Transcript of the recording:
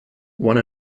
one